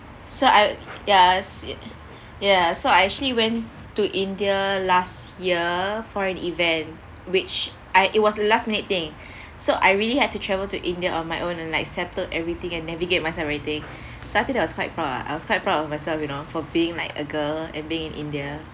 so I yes it yes so I actually went to india last year for an event which I it was last minute thing so I really had to travel to india on my own and like settled everything and navigate myself everything so I think that was quite proud ah I was quite proud of myself you know for being like a girl and being in india